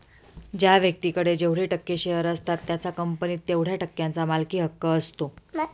ज्या व्यक्तीकडे जेवढे टक्के शेअर असतात त्याचा कंपनीत तेवढया टक्क्यांचा मालकी हक्क असतो